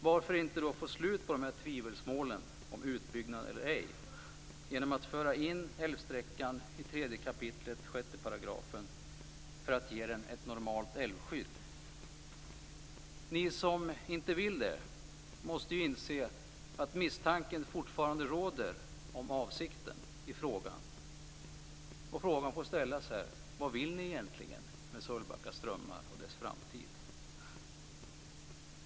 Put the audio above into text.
Varför då inte få slut på tvivelsmålen om utbyggnad eller ej genom att föra in älvsträckan i 3 kap. 6 § för att ge den ett normalt älvskydd? Ni som inte vill det måste ju inse att misstanken fortfarande finns om avsikten i frågan. Vad vill ni egentligen med Sölvbacka strömmar och dess framtid?